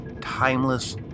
timeless